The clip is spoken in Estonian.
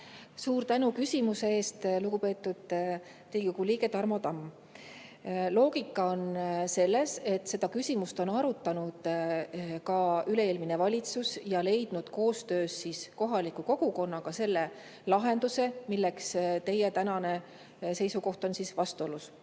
Suur tänu küsimuse eest, lugupeetud Riigikogu liige Tarmo Tamm! Loogika on selles, et seda küsimust arutas ka üle-eelmine valitsus ja leidis koostöös kohaliku kogukonnaga selle lahenduse, millega teie tänane seisukoht on vastuolus.